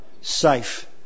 Safe